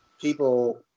people